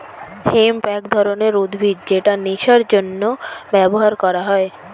hemp এক ধরনের উদ্ভিদ যেটা নেশার জন্য ব্যবহার করা হয়